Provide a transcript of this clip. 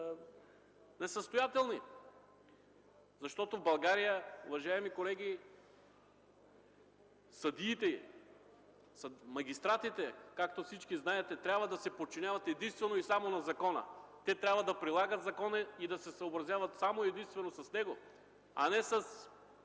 несъстоятелни. Защото в България, уважаеми колеги, съдиите са магистратите и, както всички знаете, те трябва да се подчиняват само и единствено на закона. Те трябва да прилагат закона и да се съобразяват само и единствено с него, а не с